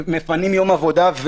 מפנים יום עבודה,